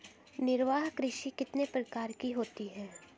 निर्वाह कृषि कितने प्रकार की होती हैं?